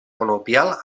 conopial